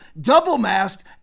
double-masked